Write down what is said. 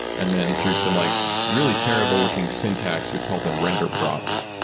and then through some like really terrible looking syntax, we called them render props.